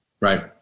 Right